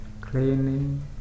cleaning